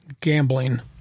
gambling